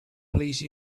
please